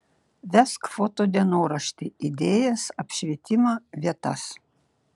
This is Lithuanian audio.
vesk foto dienoraštį idėjas apšvietimą vietas